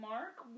Mark